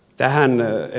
tähän ed